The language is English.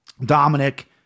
Dominic